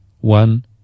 one